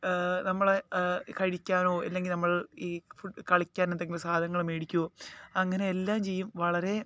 നമ്മളെ കഴിക്കാനോ ഇല്ലെങ്കില് നമ്മൾ ഈ കളിക്കാൻ എന്തെങ്കിലും സാധനങ്ങൾ മേടിക്കുകയോ അങ്ങനെ എല്ലാം ചെയ്യും വളരെ